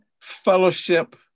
Fellowship